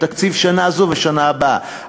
בתקציב שנה זאת ושנה הבאה,